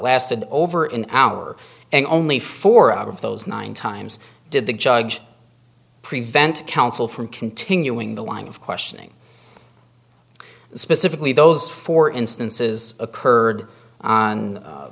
lasted over an hour and only four of those nine times did the judge prevent counsel from continuing the line of questioning specifically those four instances occurred on